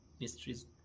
mysteries